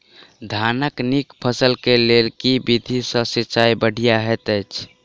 धानक नीक फसल केँ लेल केँ विधि सँ सिंचाई बढ़िया होइत अछि?